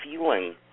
feeling